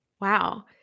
Wow